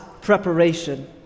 preparation